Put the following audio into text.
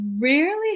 rarely